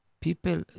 people